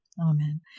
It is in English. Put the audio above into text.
Amen